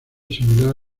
similar